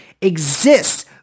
exists